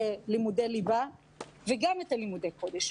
לימודי ליבה וגם את הלימודי קודש.